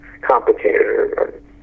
complicated